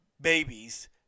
babies